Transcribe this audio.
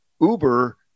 Uber